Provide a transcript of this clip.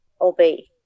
obey